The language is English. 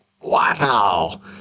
wow